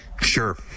sure